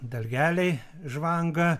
dalgeliai žvanga